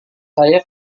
saya